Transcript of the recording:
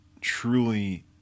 truly